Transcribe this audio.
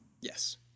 Yes